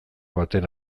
baten